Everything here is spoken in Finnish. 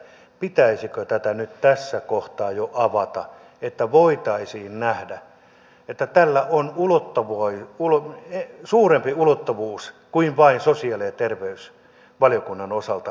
pitäisikö tätä nyt tässä kohtaa jo avata että voitaisiin nähdä että tällä on suurempi ulottuvuus kuin vain sosiaali ja terveysvaliokunnan osalta